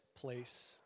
place